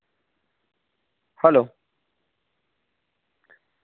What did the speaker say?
hello